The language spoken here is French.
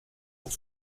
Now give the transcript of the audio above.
pour